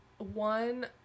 One